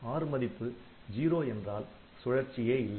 r மதிப்பு '0' என்றால் சுழற்சியே இல்லை